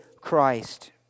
Christ